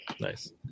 Nice